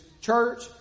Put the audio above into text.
church